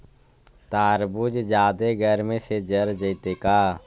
तारबुज जादे गर्मी से जर जितै का?